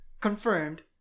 confirmed